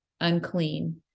unclean